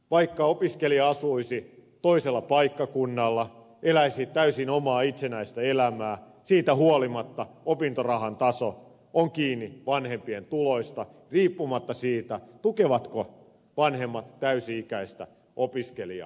vaikka opiskelija asuisi toisella paikkakunnalla eläisi täysin omaa itsenäistä elämää siitä huolimatta opintorahan taso on kiinni vanhempien tuloista riippumatta siitä tukevatko vanhemmat täysi ikäistä opiskelijaa